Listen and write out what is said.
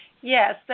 Yes